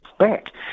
Back